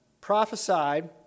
prophesied